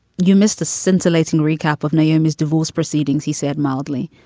you missed a scintillating recap of naomi's divorce proceedings, he said mildly.